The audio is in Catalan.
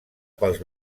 pels